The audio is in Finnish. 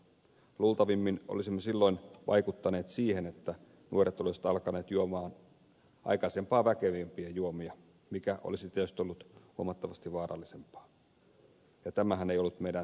luultavimmin olisimme silloin vaikuttaneet siihen että nuoret olisivat alkaneet juoda aikaisempaa väkevämpiä juomia mikä olisi tietysti ollut huomattavasti vaarallisempaa ja tämähän ei ollut meidän tarkoituksemme